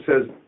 says